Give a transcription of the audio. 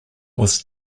was